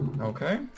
Okay